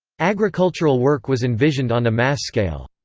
agricultural work was envisioned on a mass scale.